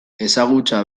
ezagutza